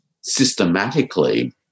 systematically